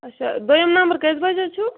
اچھا دٔۄیِم نمبر کٔژِ بَجہِ حظ چھُو